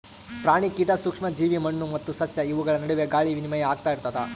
ಪ್ರಾಣಿ ಕೀಟ ಸೂಕ್ಷ್ಮ ಜೀವಿ ಮಣ್ಣು ಮತ್ತು ಸಸ್ಯ ಇವುಗಳ ನಡುವೆ ಗಾಳಿ ವಿನಿಮಯ ಆಗ್ತಾ ಇರ್ತದ